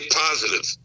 positive